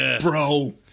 bro